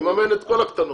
יממן את כל הקטנות.